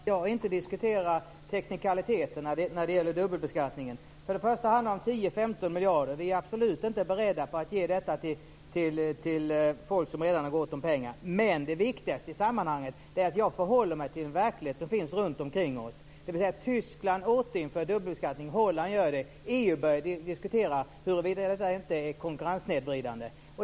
Fru talman! Jag vill bara påpeka att jag inte har diskuterat teknikaliteter när det gäller dubbelbeskattningen. Det handlar om 10-15 miljarder. Vi är absolut inte beredda att ge detta till folk som redan har gott om pengar. Det viktigaste i sammanhanget är att jag förhåller mig till den verklighet som finns runtomkring oss. Tyskland återinför dubbelbeskattning, och Holland gör det. EU börjar diskutera huruvida detta inte är konkurrenssnedvridande.